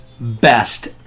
best